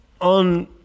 on